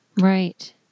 Right